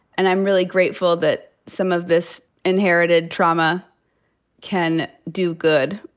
and i'm really grateful that some of this inherited trauma can do good,